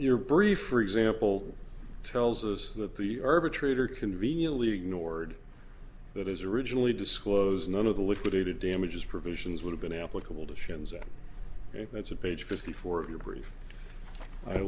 your brief for example tells us that the herb a traitor conveniently ignored that his originally disclose none of the liquidated damages provisions would have been applicable to sions i think that's a page fifty four of your brief